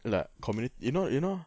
like communi~ you know you know